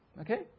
Okay